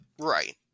Right